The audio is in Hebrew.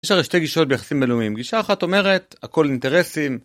יש הרי שתי גישות ביחסים בינלאומיים, גישה אחת אומרת, הכל אינטרסים